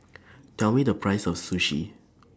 Tell Me The Price of Sushi